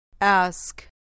Ask